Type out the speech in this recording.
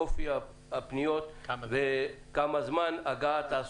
אופי הפניות וכמה זמן הגעה,